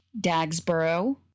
Dagsboro